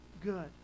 good